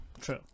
true